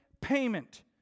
payment